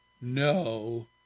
no